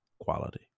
quality